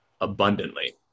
abundantly